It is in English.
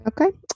Okay